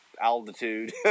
altitude